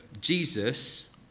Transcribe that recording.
Jesus